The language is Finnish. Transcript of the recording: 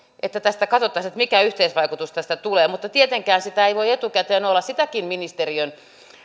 että katsottaisiin mikä yhteisvaikutus tästä tulee mutta tietenkään sitä ei voi etukäteen olla ja sitäkin ministeriön